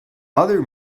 other